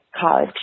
college